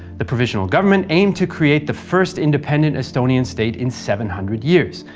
the provisional government aimed to create the first independent estonian state in seven hundred years,